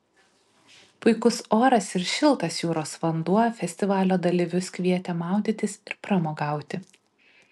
puikus oras ir šiltas jūros vanduo festivalio dalyvius kvietė maudytis ir pramogauti